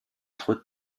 trop